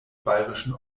bayerischen